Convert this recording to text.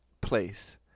place